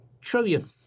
trillion